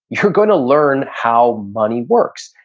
you're gonna learn how money works.